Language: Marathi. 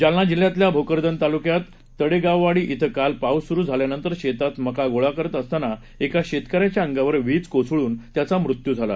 जालना जिल्ह्यातल्या भोकरदन तालुक्यात तडेगाववाडी ॐ काल पाऊस सुरू झाल्यानंतर शेतात मका गोळा करत असताना एका शेतकऱ्याच्या अंगावर वीज कोसळून त्याचा मृत्यू झाला